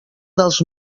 dels